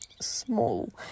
small